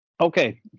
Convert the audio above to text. Okay